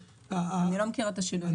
אני לא מכירה את השינוי.